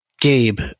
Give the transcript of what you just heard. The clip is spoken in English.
Gabe